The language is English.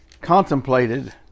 contemplated